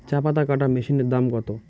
চাপাতা কাটর মেশিনের দাম কত?